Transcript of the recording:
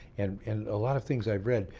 and a lot of things i've read,